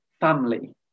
Family